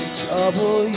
trouble